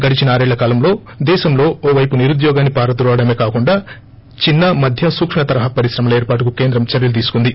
గడిచిన ఆరేళ్ళ కాలంలో దేశంలో ఓపైపు నిరుద్యోగాన్ని పారద్రోలడమే కాకుండా చిన్న మధ్య సూక్క తరహా పరిశ్రమల ఏర్పాటుకు కేంద్రం చర్యలు తీసుకుంది